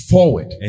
Forward